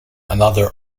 another